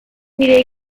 nire